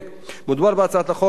מדובר בהצעת חוק חשובה,